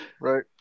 Right